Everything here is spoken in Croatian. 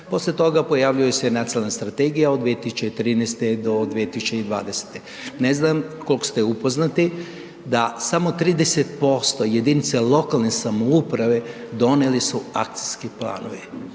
poslije toga pojavljuje se nacionalna strategija od 2013. do 2020. Ne znam koliko ste upoznati da samo 30% jedinica lokalne samouprave donijele su akcijske planove.